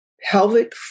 Pelvic